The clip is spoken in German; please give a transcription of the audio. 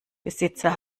besitzer